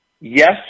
Yes